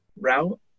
route